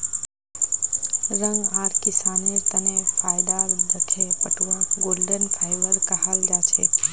रंग आर किसानेर तने फायदा दखे पटवाक गोल्डन फाइवर कहाल जाछेक